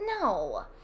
No